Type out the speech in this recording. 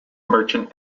merchant